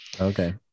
okay